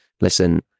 listen